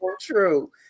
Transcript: true